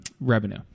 revenue